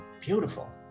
Beautiful